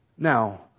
Now